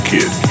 Kid